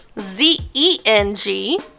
Z-E-N-G